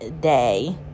day